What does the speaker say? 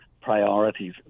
priorities